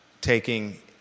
taking